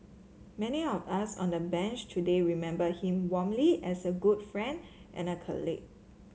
many of us on the Bench today remember him warmly as a good friend and a colleague